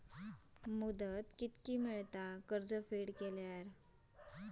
मुदत किती मेळता कर्ज फेड करून?